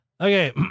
Okay